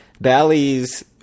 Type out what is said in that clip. Bally's